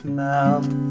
melt